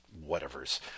whatever's